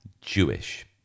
Jewish